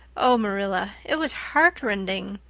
oh, marilla, it was heartrending.